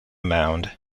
mound